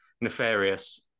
nefarious